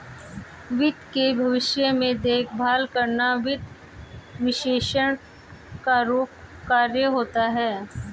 वित्त के भविष्य में देखभाल करना वित्त विश्लेषक का मुख्य कार्य होता है